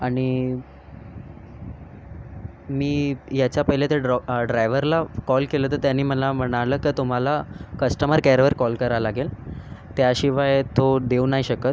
आणि मी याच्या पहिले तर ड्रॉ ड्रायव्हरला कॉल केला तर त्याने मला म्हणाला का तुम्हाला कस्टमर केअरवर कॉल करावं लागेल त्याशिवाय तो देऊ नाही शकत